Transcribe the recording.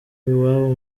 iwabo